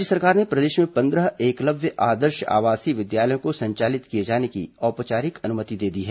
राज्य सरकार ने प्रदेश में पन्द्रह एकलव्य आदर्श आवासीय विद्यालयों को संचालित किए जाने की औपचारिक अनुमति दे दी है